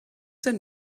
denn